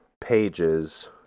pages